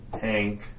Hank